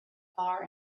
far